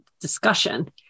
discussion